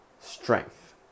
strength